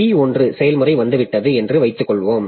P1 செயல்முறை வந்துவிட்டது என்று வைத்துக்கொள்வோம்